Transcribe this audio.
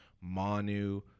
Manu